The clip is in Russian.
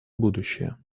будущее